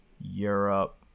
europe